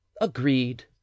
Agreed